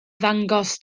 ddangos